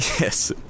Yes